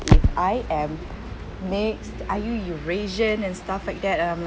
if I am mixed are you eurasian and stuff like that I'm